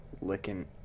Licking